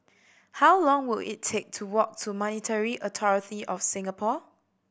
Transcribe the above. how long will it take to walk to Monetary Authority Of Singapore